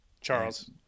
Charles